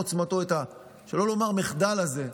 שלא לומר המחדל הזה,